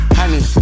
honey